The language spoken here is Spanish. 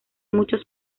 muchos